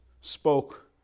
spoke